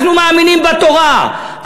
אנחנו מאמינים בתורה.